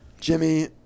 Jimmy